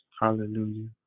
hallelujah